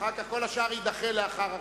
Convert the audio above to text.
וכל השאר יידחה לאחר הטקס.